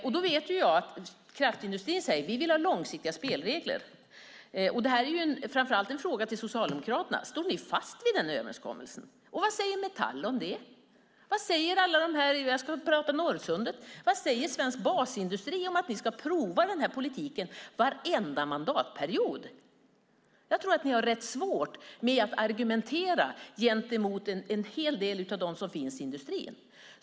Jag vet att kraftindustrin säger att de vill ha långsiktiga spelregler. Detta är en fråga till framför allt Socialdemokraterna: Står ni fast vid denna överenskommelse, och vad säger Metall om det? Om vi pratar Norrsundet, vad säger svensk basindustri om att ni ska prova denna politik varenda mandatperiod? Jag tror att ni har rätt svårt att argumentera gentemot en hel del av dem som finns i industrin.